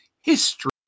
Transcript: history